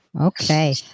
Okay